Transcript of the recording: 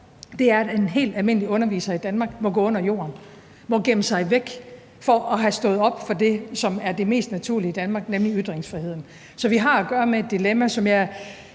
nemlig at en helt almindelig underviser i Danmark må gå under jorden, må gemme sig væk, for at have stået op for det, som er det mest naturlige i Danmark, nemlig ytringsfriheden. Så vi har jo at gøre med et dilemma, og jeg